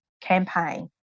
campaign